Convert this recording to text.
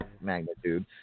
magnitude